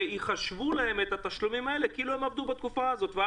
נחשפנו לזה בתקופת הקורונה ואני שומע